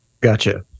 Gotcha